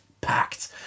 packed